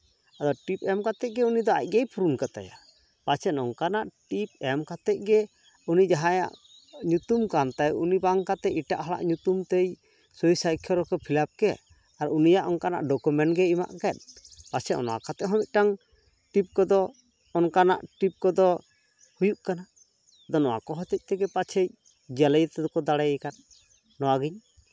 ᱟᱫᱚ ᱴᱤᱯ ᱮᱢ ᱠᱟᱛᱮ ᱜᱮ ᱩᱱᱤᱫᱚ ᱟᱡᱜᱮᱭ ᱯᱩᱨᱩᱱ ᱠᱟᱛᱟᱭᱟ ᱯᱮᱪᱮᱫ ᱱᱚᱝᱠᱟᱱᱟᱜ ᱴᱤᱯ ᱮᱢ ᱠᱟᱛᱮ ᱜᱮ ᱩᱱᱤ ᱡᱟᱦᱟᱸᱭᱟᱜ ᱧᱩᱛᱩᱢ ᱠᱟᱱ ᱛᱟᱭ ᱩᱱᱤ ᱵᱟᱝ ᱠᱟᱛᱮ ᱮᱴᱟᱜ ᱦᱚᱲᱟᱜ ᱧᱩᱛᱩᱢ ᱛᱮᱭ ᱥᱳᱭ ᱥᱟᱠᱠᱷᱚᱨ ᱦᱚᱸᱠᱚ ᱯᱷᱤᱞᱟᱯ ᱠᱮᱫ ᱟᱨ ᱩᱱᱤᱭᱟᱜ ᱚᱝᱠᱟᱱᱟᱜ ᱰᱚᱠᱩᱢᱮᱱᱴ ᱜᱮᱭ ᱮᱢᱟ ᱠᱮᱫ ᱯᱟᱪᱷᱮᱫ ᱚᱱᱟ ᱠᱟᱛᱮ ᱦᱚᱸ ᱢᱤᱫᱴᱟᱝ ᱴᱤᱯ ᱠᱚᱫᱚ ᱚᱱᱠᱟᱱᱟᱜ ᱴᱤᱯ ᱠᱚᱫᱚ ᱦᱩᱭᱩᱜ ᱠᱟᱱᱟ ᱟᱫᱚ ᱱᱚᱣᱟ ᱠᱚ ᱦᱚᱛᱮᱡ ᱛᱮᱜᱮ ᱯᱟᱪᱷᱮᱫ ᱡᱟᱹᱞᱩᱭᱟᱹᱛᱤ ᱫᱤᱠᱤ ᱫᱟᱲᱮᱭᱟᱠᱟᱫ ᱱᱚᱣᱟᱜᱤᱧ